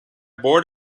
board